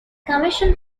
commission